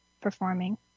performing